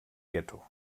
ghetto